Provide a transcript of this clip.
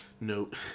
note